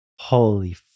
Holy